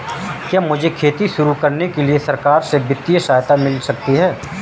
क्या मुझे खेती शुरू करने के लिए सरकार से वित्तीय सहायता मिल सकती है?